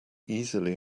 easily